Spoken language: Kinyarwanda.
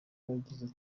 yagize